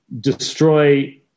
destroy